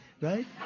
right